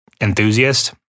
enthusiast